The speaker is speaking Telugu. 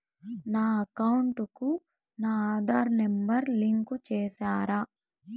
నా అకౌంట్ కు నా ఆధార్ నెంబర్ లింకు చేసారా